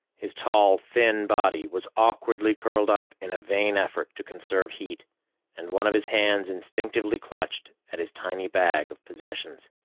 his tall, thin body was awkwardly curled up in a vain effort to conserve heat and one of his hands instinctively clutched at his tiny bag of possessions.